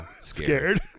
scared